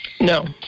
No